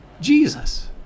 Jesus